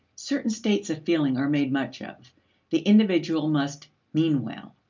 certain states of feeling are made much of the individual must mean well,